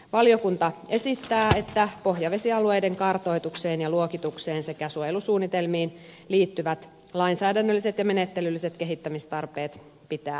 valiokunta esittää että pohjavesialueiden kartoitukseen ja luokitukseen sekä suojelusuunnitelmiin liittyvät lainsäädännölliset ja menettelylliset kehittämistarpeet pitää selvittää